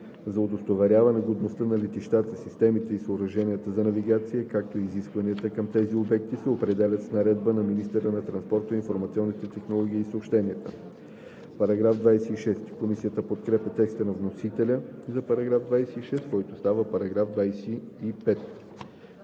за удостоверяване годността на летищата, системите и съоръженията за навигация, както и изискванията към тези обекти, се определят с наредба на министъра на транспорта, информационните технологии и съобщенията.“ Комисията подкрепя текста на вносителя за § 26, който става § 25.